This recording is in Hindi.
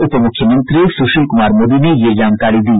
उपमूख्यमंत्री सुशील कुमार मोदी ने ये जानकारी दी